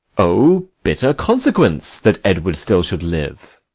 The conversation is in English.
o bitter consequence, that edward still should live